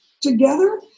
together